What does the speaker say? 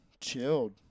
chilled